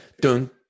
dun